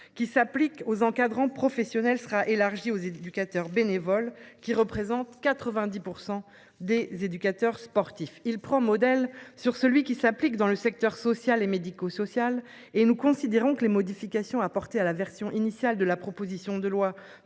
qui s'applique aux encadrants professionnelle sera élargi aux éducateurs bénévoles qui représentent 90% des éducateurs sportifs il prend modèle sur celui qui s'applique dans le secteur social et médico-social et nous considérons que les modifications apportées à la version initiale de la proposition de loi